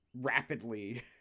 rapidly